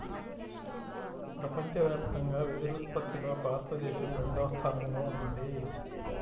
ప్రపంచవ్యాప్తంగా వెదురు ఉత్పత్తిలో భారతదేశం రెండవ స్థానంలో ఉన్నది